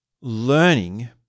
learning